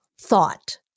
thought